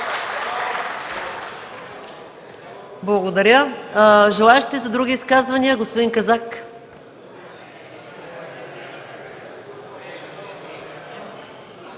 Благодаря. Желаещи за други изказвания? Господин Казак.